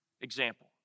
example